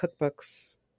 cookbooks